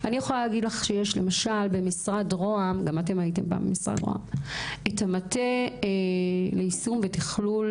יש במשרד ראש הממשלה את המטה ליישום ותכלול